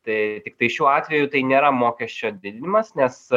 tai tiktai šiuo atveju tai nėra mokesčio didinimas nes